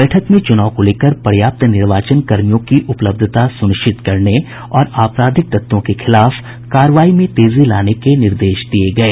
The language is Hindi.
बैठक में चुनाव को लेकर पर्याप्त निर्वाचन कर्मियों की उपलब्धता सुनिश्चित करने और आपराधिक तत्वों के खिलाफ कार्रवाई में तेजी लाने के निर्देश दिये गये